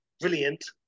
brilliant